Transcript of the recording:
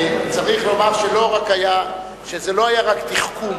צריך לומר שזה לא היה רק תחכום,